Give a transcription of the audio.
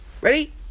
ready